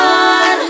on